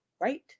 right